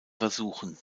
versuchen